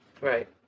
Right